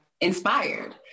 inspired